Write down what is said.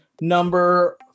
number